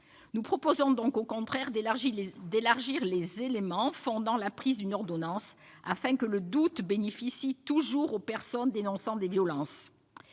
Nous proposons, au contraire, d'élargir les éléments fondant la prise d'une ordonnance de protection, afin que le doute profite toujours aux personnes dénonçant des violences,